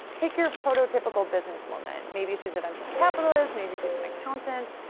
take your prototypical businesswoman. maybe she's a venture capitalist, maybe she's an accountant.